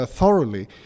thoroughly